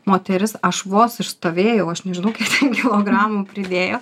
moteris aš vos išstovėjau aš nežinau kiek ten kilogramų pridėjo